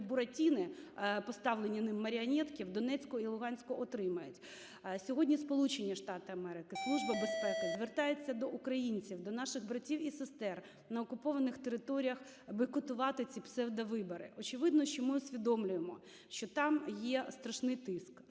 буратіни (поставлені ним маріонетки) в Донецьку і Луганську отримають. Сьогодні Сполучені Штати Америки, Служба безпеки звертаються до українців, до наших братів і сестер на окупованих територіях бойкотувати ці псевдовибори. Очевидно, що ми усвідомлюємо, що там є страшний тиск,